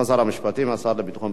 והבריאות.